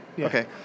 Okay